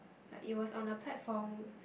like it was on a platform